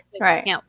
Right